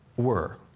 were.